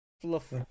Fluff